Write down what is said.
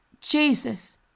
Jesus